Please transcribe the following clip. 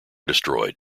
destroyed